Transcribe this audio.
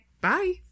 Bye